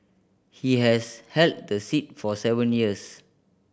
he has held the seat for seven years